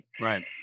Right